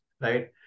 right